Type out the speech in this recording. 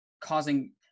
causing